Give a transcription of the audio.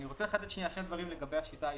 אני רוצה לייחד שני דברים לגבי השיטה האיטלקית: